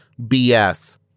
BS